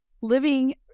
living